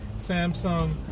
Samsung